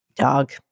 Dog